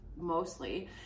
mostly